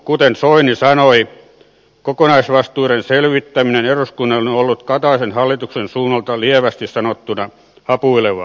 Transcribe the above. kuten soini sanoi kokonaisvastuiden selvittäminen eduskunnalle on ollut kataisen hallituksen suunnalta lievästi sanottuna hapuilevaa